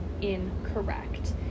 incorrect